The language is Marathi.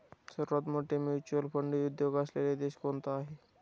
सर्वात मोठा म्युच्युअल फंड उद्योग असलेला देश कोणता आहे?